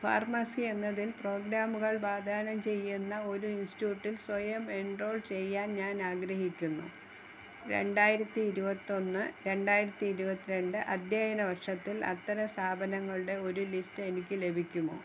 pharmacy എന്നതിൽ പ്രോഗ്രാമുകൾ വാഗ്ദാനം ചെയ്യുന്ന ഒരു ഇൻസ്റ്റ്യൂട്ടിൽ സ്വയം എൻറോൾ ചെയ്യാൻ ഞാൻ ആഗ്രഹിക്കുന്നു രണ്ടായിരത്തി ഇരുപത്തി ഒന്ന് രണ്ടായിരത്തി ഇരുപത്തി രണ്ട് അധ്യയന വർഷത്തിൽ അത്തരം സ്ഥാപനങ്ങളുടെ ഒരു ലിസ്റ്റ് എനിക്ക് ലഭിക്കുമോ